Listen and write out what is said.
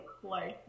close